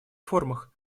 формах